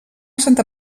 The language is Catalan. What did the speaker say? santa